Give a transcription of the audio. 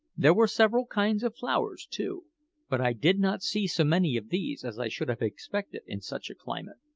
there were several kinds of flowers, too but i did not see so many of these as i should have expected in such a climate.